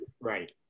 right